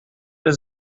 does